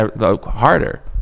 harder